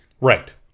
right